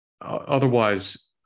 Otherwise